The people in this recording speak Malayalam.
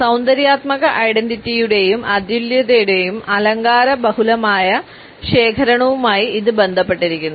സൌന്ദര്യാത്മക ഐഡന്റിറ്റിയുടെയും അതുല്യതയുടെയും അലങ്കാരബഹുലമായ ശേഖരണവുമായി ഇത് ബന്ധപ്പെട്ടിരിക്കുന്നു